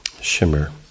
Shimmer